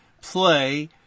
play